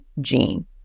gene